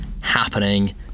happening